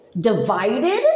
divided